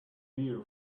beer